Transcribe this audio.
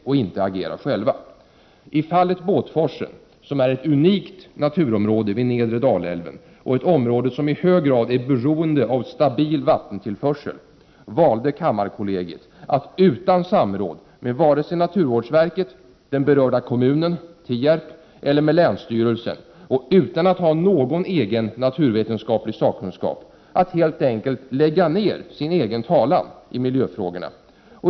De kan inte agera själva. I fallet Båtforsen, som är ett unikt naturområde vid nedre Dalälven och ett område som i hög grad är beroende av stabil vattentillförsel, valde kammarkollegiet att utan samråd med vare sig naturvårdsverket, den berörda kommunen eller länsstyrelsen — och utan att ha någon egen naturvetenskaplig sakkunskap — helt enkelt lägga ned sin talan i miljöfrågorna.